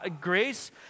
grace